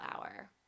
Hour